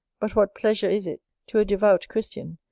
but what pleasure is it to a devout christian,